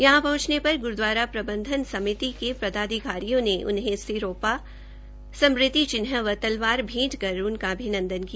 यहां पहंचने पर ग्रुदवारा प्रबंधन समिति के पदाधिकारियों ने उन्हें सिरोपा स्मृति चिन्ह व तलवार भेंट कर उनका अभिनंदन किया